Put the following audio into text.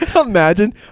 Imagine